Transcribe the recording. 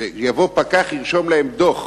יבוא פקח וירשום להם דוח,